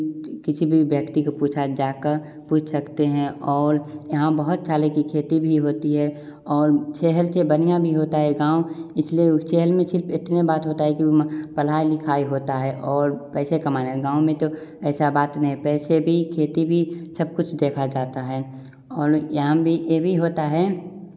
किसी भी व्यक्ति को पूछा जाकर पूच सकते हैं और यहाँ बहुत सारे की खेती भी होती है और शहर से बन्हियां भी होता है गाँव इसलिए चैहेल में सिर्फ़ इतने बात होता है कि वह मह पढ़ाई लिखाई होता है और पैसे कमाने है गाँव में तो ऐसा बात नहीं है पैसे बी खेती भी सब कुछ देखा जाता है और यहाँ भी यह भी होता हैं